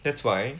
that's why